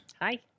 Hi